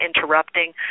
interrupting